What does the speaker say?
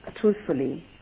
truthfully